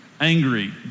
angry